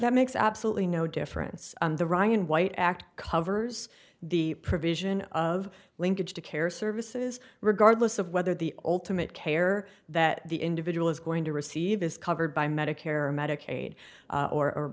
that makes absolutely no difference on the ryan white act covers the provision of linkage to care services regardless of whether the ultimate care that the individual is going to receive is covered by medicare or medicaid or